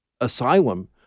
asylum